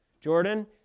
Jordan